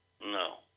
No